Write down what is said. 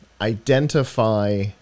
identify